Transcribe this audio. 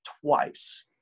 twice